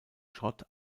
schrott